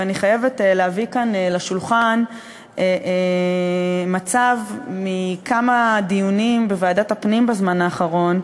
ואני חייבת להביא כאן לשולחן מצב מכמה דיונים בוועדת הפנים בזמן האחרון,